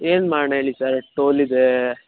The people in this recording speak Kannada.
ಏನು ಮಾಡೋಣ ಹೇಳಿ ಸರ್ ಟೋಲಿದೆ